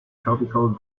tropical